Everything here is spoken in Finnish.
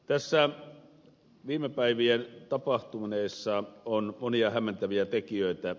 tässä viime päivinä tapahtuneessa on monia hämmentäviä tekijöitä